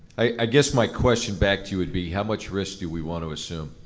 i guess my question back to you would be, how much risk do we want to assume?